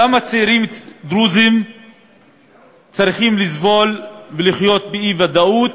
למה צעירים דרוזים צריכים לסבול ולחיות באי-ודאות,